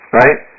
right